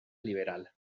liberal